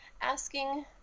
asking